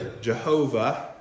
Jehovah